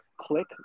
click